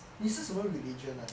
你是什么 religion ah